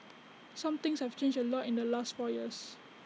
some things have changed A lot in the last four years